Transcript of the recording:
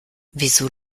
wieso